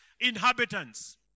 inhabitants